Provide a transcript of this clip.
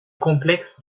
complexe